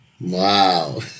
Wow